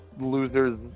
losers